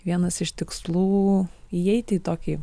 vienas iš tikslų įeiti į tokį